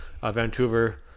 Vancouver